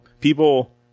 people